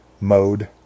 mode